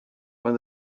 when